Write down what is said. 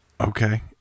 Okay